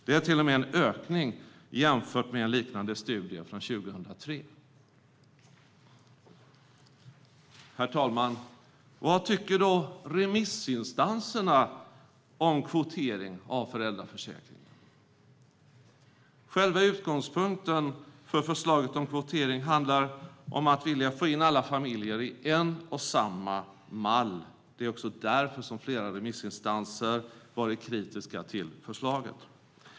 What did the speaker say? Det är till och med en ökning jämfört med en liknande studie från 2003. Herr talman! Vad tycker då remissinstanserna om kvotering av föräldraförsäkringen? Själva utgångspunkten för förslaget om kvotering handlar om att vilja få in alla familjer i en och samma mall. Det är också därför flera remissinstanser har varit kritiska till förslaget.